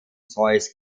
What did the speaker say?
zeus